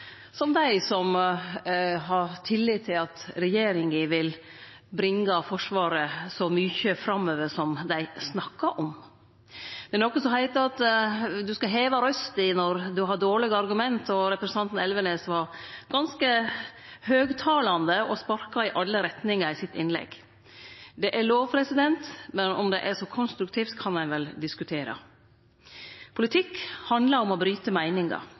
som dei som har tillit til at regjeringa vil bringe Forsvaret så mykje framover som dei snakkar om. Det er noko som heiter at du skal heve røsta når du har dårlege argument, og representanten Elvenes var ganske høgttalande og sparka i alle retningar i innlegget sitt. Det er lov, men om det er så konstruktivt, kan ein vel diskutere. Politikk handlar om å bryte meiningar,